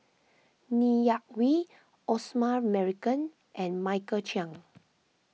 Ng Yak Whee Osman Merican and Michael Chiang